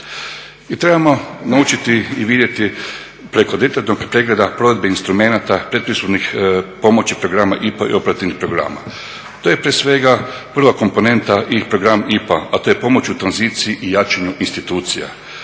I trebamo naučiti i vidjeti preko detaljnog pregleda provedbe instrumenata pretpristupnih pomoći programa IPA i operativnih programa. To je prije svega prva komponenta i program IPA, a to je pomoć u tranziciji i jačanju institucija.